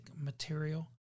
material